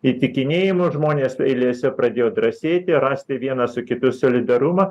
įtikinėjimu žmonės eilėse pradėjo drąsėti rasti vienas su kitu solidarumą